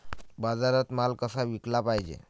बाजारात माल कसा विकाले पायजे?